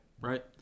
Right